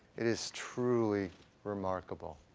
it is truly remarkable.